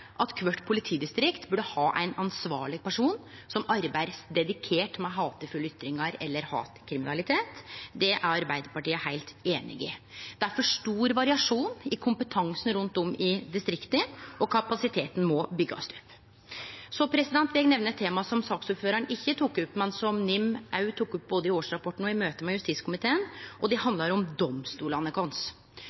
at kvart politidistrikt burde ha ein ansvarleg person som arbeider dedikert med hatefulle ytringar eller hatkriminalitet. Det er Arbeidarpartiet heilt einig i. Det er for stor variasjon i kompetansen rundt om i distrikta, og kapasiteten må byggjast opp. Så vil eg nemne eit tema som saksordføraren ikkje tok opp, men som NIM har teke opp både i årsrapporten og i møte med justiskomiteen. Det handlar om domstolane